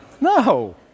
no